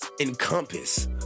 encompass